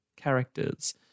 characters